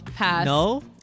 no